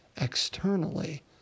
externally